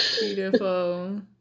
Beautiful